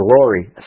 glory